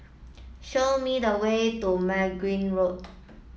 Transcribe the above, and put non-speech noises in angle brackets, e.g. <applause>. show me the way to <unintelligible> Road